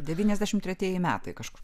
devyniasdešimt tretieji metai kažkur